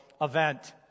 event